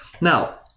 Now